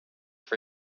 for